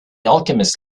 alchemist